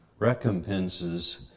Recompenses